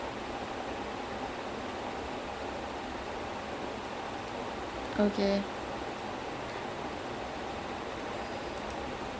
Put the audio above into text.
uh exactly under அந்த அதே:antha athae director தான்:thaan sudha kongara she's making that movie so that's like let's see how it goes lah